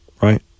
Right